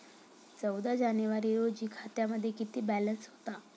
चौदा जानेवारी रोजी खात्यामध्ये किती बॅलन्स होता?